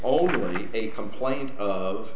ultimately a complaint of